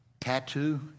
tattoo